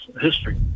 history